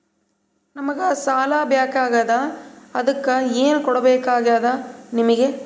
ನಮಗ ಸಾಲ ಬೇಕಾಗ್ಯದ ಅದಕ್ಕ ಏನು ಕೊಡಬೇಕಾಗ್ತದ ನಿಮಗೆ?